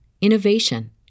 innovation